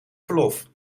verlof